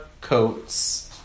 coats